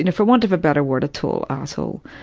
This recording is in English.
you know for want of a better word, a total asshole,